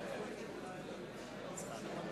מצביע